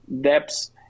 depths